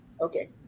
okay